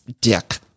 dick